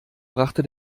brachte